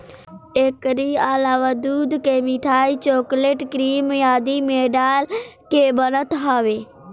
एकरी अलावा दूध के मिठाई, चोकलेट, क्रीम आदि में डाल के बनत हवे